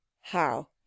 How